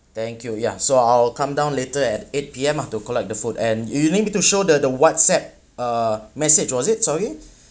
thank you ya so I'll come down later at eight P_M ah to collect the food and yo~ you need me to show the the what's app uh message was it sorry